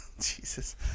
Jesus